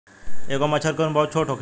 एगो मछर के उम्र बहुत छोट होखेला